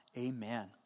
Amen